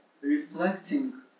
reflecting